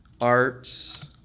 arts